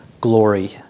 glory